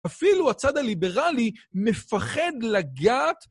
אפילו הצד הליברלי מפחד לגעת.